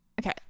okay